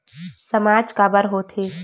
सामाज काबर हो थे?